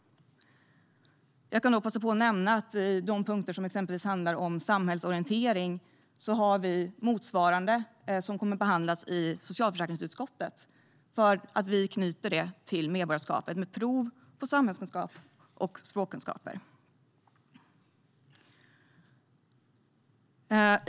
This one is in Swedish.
När det gäller de punkter som handlar om samhällsorientering kan jag passa på att nämna att vi har motsvarande som kommer att behandlas i socialförsäkringsutskottet. Vi knyter det till medborgarskapet, med prov i samhällskunskap och språkkunskaper.